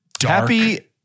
Happy